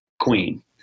queen